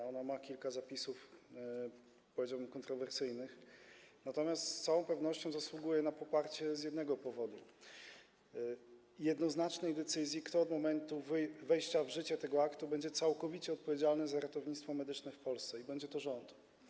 Ma ona kilka zapisów, powiedziałbym, kontrowersyjnych, natomiast z całą pewnością zasługuje na poparcie z jednego powodu - jednoznacznej decyzji, kto od momentu wejścia w życie tego aktu będzie całkowicie odpowiedzialny za ratownictwo medyczne w Polsce, a będzie to rząd.